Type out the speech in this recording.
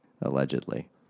Allegedly